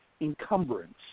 encumbrance